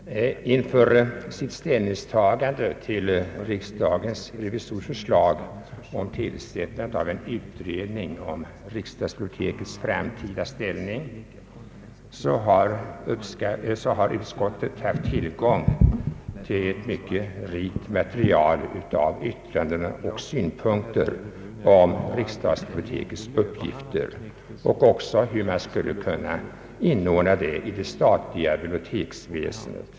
Herr talman! Inför sitt ställningstagande till riksdagens revisorers förslag om tillsättande av en utredning om riksdagsbibliotekets framtida ställning har utskottet haft tillgång till ett mycket rikt material av yttranden och synpunkter om riksdagsbibliotekets uppgifter och om hur man skulle kunna inordna det i det statliga biblioteksväsendet.